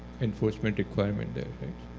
enforcement requirement.